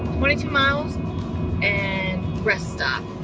twenty two miles and rest stop.